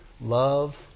Love